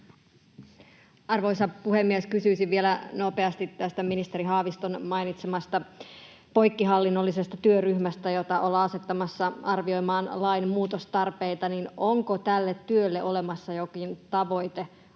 Arvoisa puhemies! Kysyisin vielä nopeasti tästä ministeri Haaviston mainitsemasta poikkihallinnollisesta työryhmästä, jota ollaan asettamassa arvioimaan lain muutostarpeita: onko tälle työlle olemassa jokin tavoitearvio